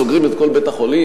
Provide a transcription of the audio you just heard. סוגרים את כל בית-החולים?